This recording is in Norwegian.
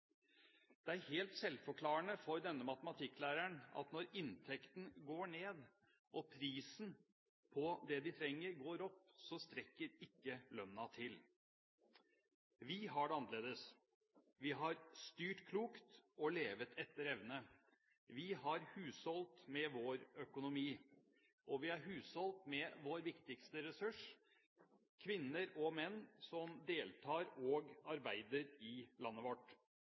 Det er helt selvforklarende for denne matematikklæreren at når inntekten går ned og prisen på det de trenger, går opp, så strekker ikke lønnen til. Vi har det annerledes. Vi har styrt klokt og levd etter evne. Vi har husholdt med vår økonomi, og vi har husholdt med vår viktigste ressurs, kvinner og menn som deltar og arbeider i landet vårt.